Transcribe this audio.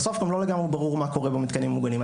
בסוף, גם לא לגמרי ברור מה קורה במתקנים מוגנים.